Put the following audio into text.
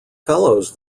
fellows